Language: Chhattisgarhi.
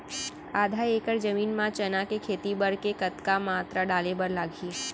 आधा एकड़ जमीन मा चना के खेती बर के कतका मात्रा डाले बर लागही?